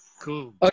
Cool